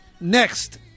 Next